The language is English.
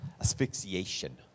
asphyxiation